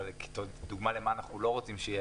אבל זו דוגמה למה אנחנו לא רוצים שיהיה